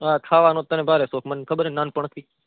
હા ખાવાનું તો તને ભારે શોખ મને ખબર હેને નાનપણથી